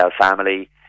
family